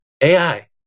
AI